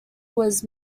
was